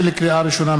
לקריאה ראשונה,